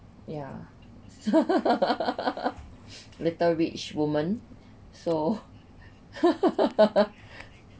ya little rich woman so